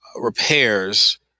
repairs